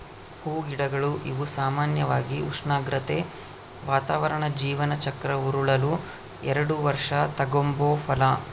ಹೂಗಿಡಗಳು ಇವು ಸಾಮಾನ್ಯವಾಗಿ ಉಷ್ಣಾಗ್ರತೆ, ವಾತಾವರಣ ಜೀವನ ಚಕ್ರ ಉರುಳಲು ಎಲ್ಡು ವರ್ಷ ತಗಂಬೋ ಫಲ